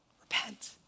Repent